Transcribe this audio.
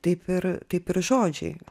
taip ir taip ir žodžiai